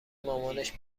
مامانش